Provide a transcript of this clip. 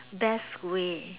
best way